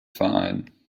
verein